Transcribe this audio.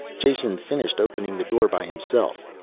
jason finished opening the door by himself.